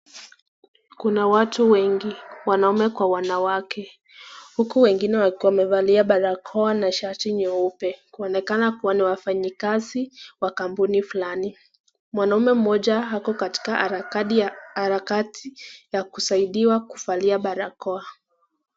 Kuna watu wengi, wanaume kwa wanawake. Huku wengine wakiwa wamevalia barakoa na shati nyeupe. Kuonekana kuwa ni wafanyikazi wa kampuni fulani. Mwanamume mmoja ako katika harakati ya kusaidiwa kuvalia barakoa.